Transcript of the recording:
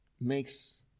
makes